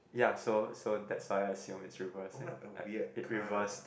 ya so so that's why I assume it's reversing it reversed